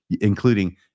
including